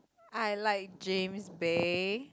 I like James-Bay